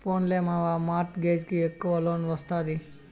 పోన్లే మావా, mortgage కి ఎక్కవ లోన్ ఒస్తాది